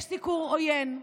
יש סיקור עוין.